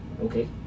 Okay